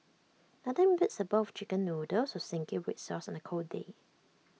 nothing beats A bowl of Chicken Noodles with Zingy Red Sauce on A cold day